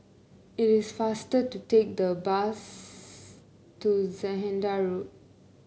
it is faster to take the bus to Zehnder Road